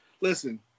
Listen